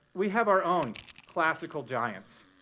we have our own classical giants.